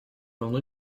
равно